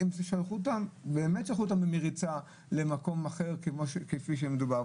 שלחו אותם למקום אחר כפי שמדובר,